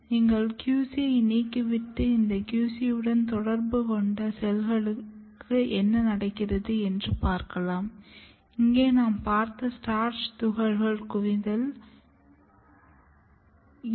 நீங்கள் QC ஐ நீக்கிவிட்டு இந்த QC உடன் தொடர்பு கொண்ட செல்களுக்கு என்ன நடக்கிறது என்று பார்க்கலாம்